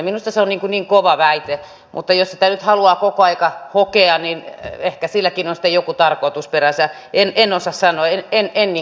minusta se on niin kova väite mutta jos sitä nyt haluaa koko ajan hokea niin ehkä silläkin on sitten joku tarkoitusperänsä en osaa sanoa